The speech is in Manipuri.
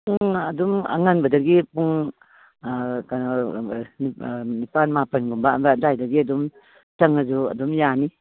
ꯄꯨꯡ ꯑꯗꯨꯝ ꯑꯉꯟꯕꯗꯒꯤ ꯄꯨꯡ ꯅꯤꯄꯥꯜ ꯃꯥꯄꯜꯒꯨꯝꯕ ꯑꯗꯨꯋꯥꯏꯗꯒꯤ ꯑꯗꯨꯝ ꯆꯪꯉꯁꯨ ꯑꯗꯨꯝ ꯌꯥꯅꯤ